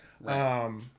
right